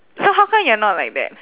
so how come you're not like that